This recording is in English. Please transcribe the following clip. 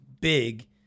big